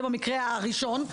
זה במקרה הראשון.